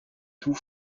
tout